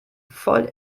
voll